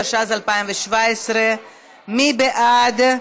התשע"ז 2017. מי בעד?